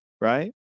right